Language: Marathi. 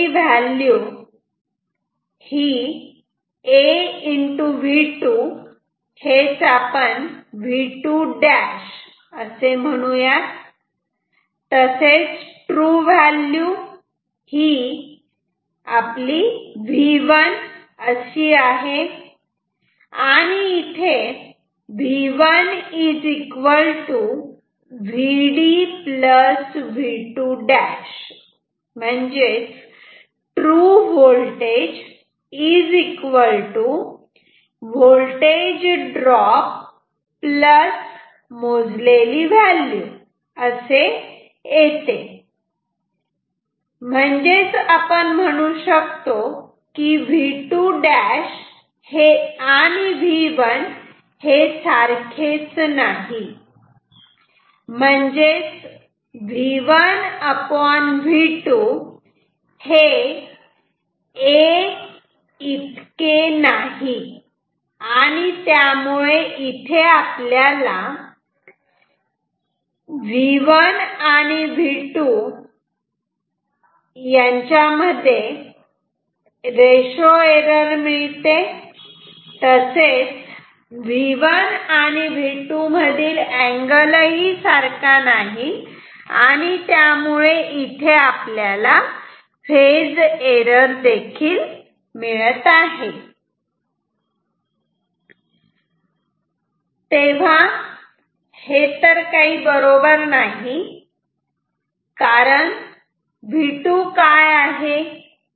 मोजलेली value a V2 V2' true value V1 V1 Vd V2' true voltage voltage drop मोजलेली value ।V2'। ।V1 ।V1।।V2। ≠a ।V1। ।V2'। Ratio error V1 आणि V2 मधील अँगल फेज एरर तर हे बरोबर नाही कारण V2 काय आहे